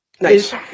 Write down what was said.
nice